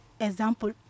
example